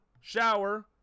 shower